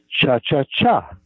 cha-cha-cha